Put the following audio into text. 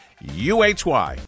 UHY